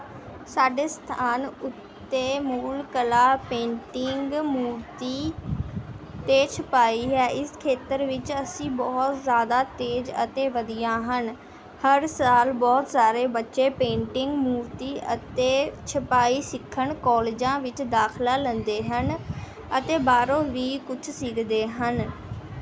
ਸਾਡੇ ਸਥਾਨ ਉੱਤੇ ਮੂਲ ਕਲਾ ਪੇਂਟਿੰਗ ਮੂਰਤੀ ਅਤੇ ਛਪਾਈ ਹੈ ਇਸ ਖੇਤਰ ਵਿੱਚ ਅਸੀਂ ਬਹੁਤ ਜ਼ਿਆਦਾ ਤੇਜ਼ ਅਤੇ ਵਧੀਆ ਹਨ ਹਰ ਸਾਲ ਬਹੁਤ ਸਾਰੇ ਬੱਚੇ ਪੇਟਿੰਗ ਮੂਰਤੀ ਅਤੇ ਛਪਾਈ ਸਿੱਖਣ ਕੋਲਜਾਂ ਵਿੱਚ ਦਾਖਲਾ ਲੈਂਦੇ ਹਨ ਅਤੇ ਬਾਹਰੋਂ ਵੀ ਕੁਛ ਸਿੱਖਦੇ ਹਨ